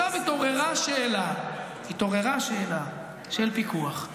עכשיו התעוררה השאלה של פיקוח.